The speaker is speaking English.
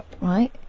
Right